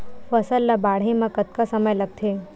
फसल ला बाढ़े मा कतना समय लगथे?